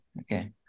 okay